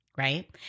Right